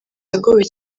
yagowe